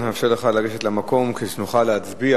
אני מאפשר לך לגשת למקום כדי שנוכל להצביע